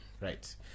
right